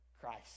Christ